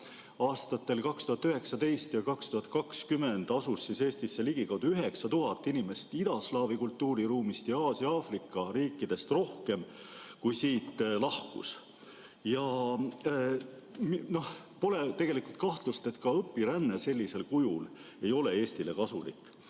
Aastatel 2019 ja 2020 asus Eestisse ligikaudu 9000 inimest idaslaavi kultuuriruumist ja Aasia-Aafrika riikidest rohkem, kui siit lahkus. Tegelikult pole ju kahtlust, et ka õpiränne sellisel kujul ei ole Eestile kasulik,